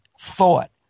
thought